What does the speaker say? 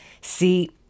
See